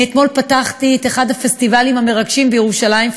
אני פתחתי אתמול את אחד הפסטיבלים המרגשים בירושלים,